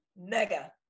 mega